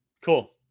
Cool